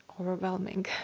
overwhelming